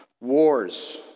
wars